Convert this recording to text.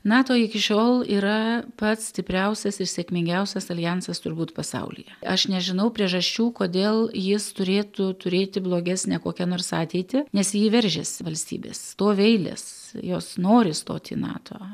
nato iki šiol yra pats stipriausias ir sėkmingiausias aljansas turbūt pasaulyje aš nežinau priežasčių kodėl jis turėtų turėti blogesnę kokią nors ateitį nes į jį veržiasi valstybės stovi eilės jos nori stoti į nato